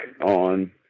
on